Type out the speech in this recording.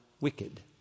wicked